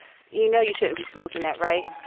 you know you shouldn't be smoking that, right?